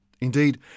Indeed